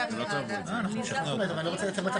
מקובל?